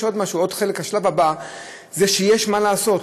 השלב הבא זה שיש מה לעשות,